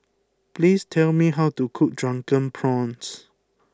please tell me how to cook Drunken Prawns